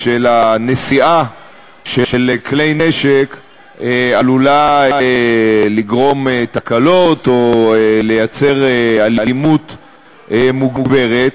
אלא נשיאה של כלי נשק עלולה לגרום תקלות או לייצר אלימות מוגברת.